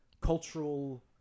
cultural